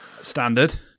Standard